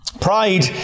Pride